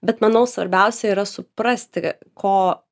bet manau svarbiausia yra suprasti ko